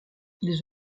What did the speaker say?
ils